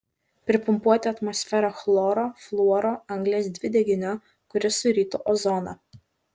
pripumpuoti atmosferą chloro fluoro anglies dvideginio kuris surytų ozoną